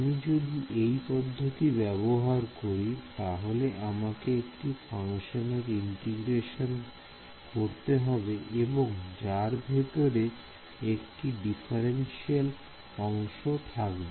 আমি যদি এই পদ্ধতি ব্যবহার করি তাহলে আমাকে একটি ফাংশানের ইন্টিগ্রেশন করতে হবে এবং যার ভেতরে একটি ডিফারেনশিয়াল অংশ থাকবে